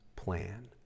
plan